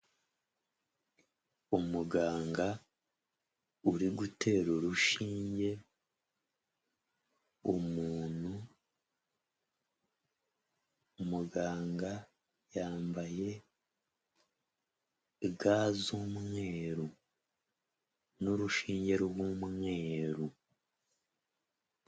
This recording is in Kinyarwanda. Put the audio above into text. Umuganga uri gutera urushinge umuntu, umuganga yambaye ga z'umweru n'urushinge rw'mweru.